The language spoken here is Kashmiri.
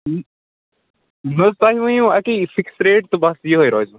نہَ حظ تۄہہِ ؤنِو اَکی فِکٕس ریٹ تہٕ بَس یِہےَ روزوٕ